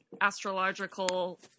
astrological